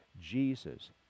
Jesus